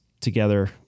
together